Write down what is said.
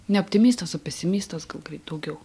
ne optimistas o pesimistas gal daugiau